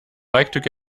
like